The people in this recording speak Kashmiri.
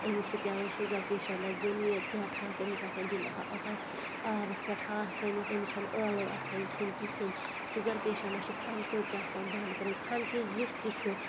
أمِس چھُ پؠوَن شُگَر پیشَنٹَس دیُن یہِ ژیٹہٕ ہاکھ أمِس چھُ آسان دیُن اہا آبَس پؠٹھ ہاکھ رٔنِتھ أمِس چھَ نہٕ ٲلٕو آسان کھٮ۪ن کِہیٖنۍ شُگَر پیشَنٹَس چھِ کھَنٛڈ ژوٚٹ تہِ آسان بنٛد کَرٕنۍ کھَنٛڈٕ چیٖز یُس تہِ چھُ